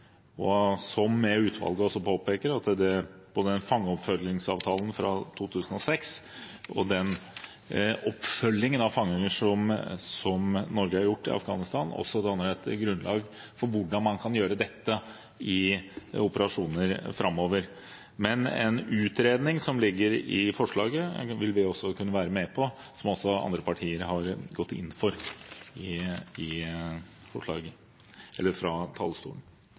Som utvalget også påpeker: Fangeoppfølgingsavtalen fra 2006 og den oppfølgingen av fanger som Norge har gjort i Afghanistan, danner også grunnlag for hvordan man kan gjøre dette i operasjoner framover. Men en utredning, som ligger i forslaget, vil vi også kunne være med på, som også andre partier har gått inn for